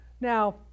Now